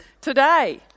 Today